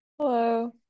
hello